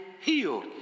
healed